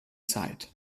zeit